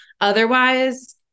Otherwise